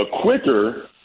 quicker